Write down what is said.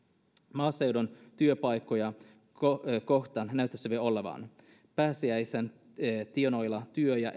maaseudun työpaikkoja kohtaan näyttäisi olevan pääsiäisen tienoilla työ ja